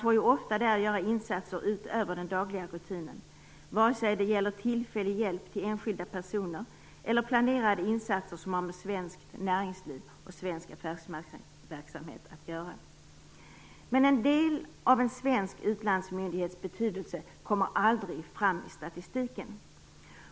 Man får ofta göra insatser utöver den dagliga rutinen - det kan gälla tillfällig hjälp till enskilda personer eller planerade insatser som har att göra med svenskt näringsliv och svensk affärsverksamhet. Men en del av en svensk utlandsmyndighets betydelse kommer aldrig fram i statistiken.